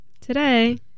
today